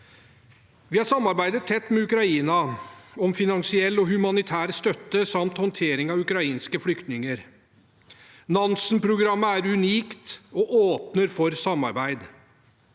Vi har samarbeidet tett med Ukraina om finansiell og humanitær støtte samt håndteringen av ukrainske flyktninger. Nansen-programmet er unikt og åpner for samarbeid.